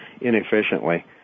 inefficiently